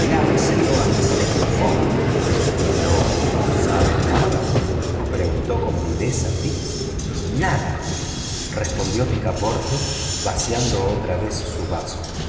revelárselo a mister fogg no sabe nada preguntó con viveza fix nada respondió picaporte vaciando otra vez su vaso